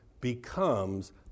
becomes